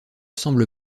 semble